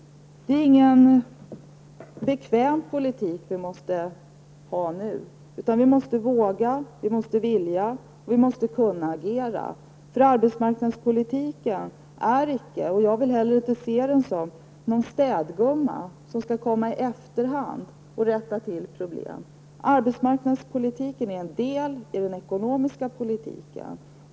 Det är ingen bekväm politik som vi måste föra. Vi måste våga, måste vilja och måste kunna agera. För arbetsmarknadspolitiken är inte -- jag vill inte heller se den som sådan -- någon städgumma som skall komma i efterhand och rätta till problemen. Arbetsmarknadspolitiken är en del i den ekonomiska politiken.